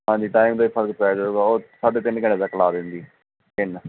ਹਾਂਜੀ ਟਾਈਮ ਦਾ ਵੀ ਫਰਕ ਪੈ ਜਾਵੇਗਾ ਬਹੁਤ ਸਾਢੇ ਤਿੰਨ ਘੰਟੇ ਤੱਕ ਲਾ ਦਿੰਦੀ ਤਿੰਨ